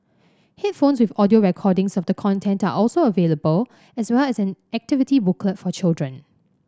headphones with audio recordings of the content are also available as well as an activity booklet for children